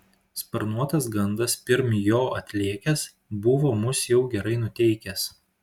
sparnuotas gandas pirm jo atlėkęs buvo mus jau gerai nuteikęs